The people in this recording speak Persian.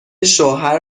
شوهر